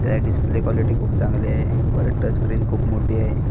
त्याए display quality खूप चांगली आहे परत टच स्क्रीन खूप मोठी आहे